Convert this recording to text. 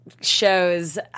shows